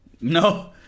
No